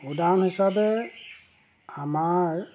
উদাহৰণ হিচাপে আমাৰ